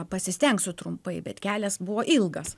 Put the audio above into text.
pasistengsiu trumpai bet kelias buvo ilgas